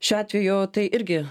šiuo atveju tai irgi